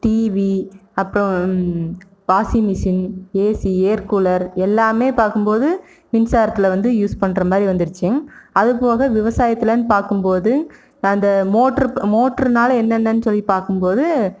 TV அப்றம் washing machine AC air cooler எல்லாம் பார்க்கும் போது மின்சாரத்தில் வந்து யூஸ் பண்ணுற மாதிரி வந்துடுச்சு அது போக விவசாயத்திலனு பார்க்கும் போது அந்த மோட்ரு மோட்டாருனால என்னென்னனு சொல்லி பாக்கும் போது